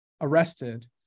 arrested